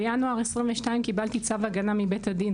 בינואר 2022 קיבלתי צו הגנה מבית הדין